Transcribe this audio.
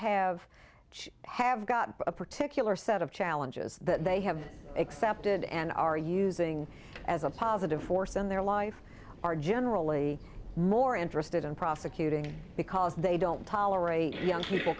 have have got a particular set of challenges that they have accepted and are using as a positive force in their life are generally more interested in prosecuting because they don't tolerate young people